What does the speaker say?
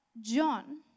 John